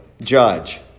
judge